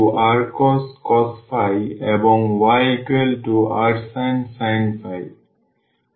সুতরাং xrcos এবং yrsin